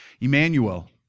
Emmanuel